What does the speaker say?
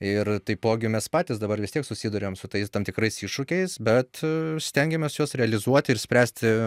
ir taipogi mes patys dabar vis tiek susiduriam su tais tam tikrais iššūkiais bet stengiamės juos realizuoti ir spręsti